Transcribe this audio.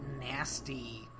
nasty